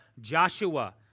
Joshua